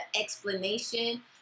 explanation